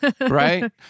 Right